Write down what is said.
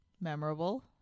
Memorable